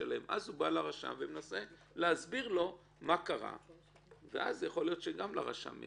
רציתי אולי להשלים את הנקודה שגם טיבי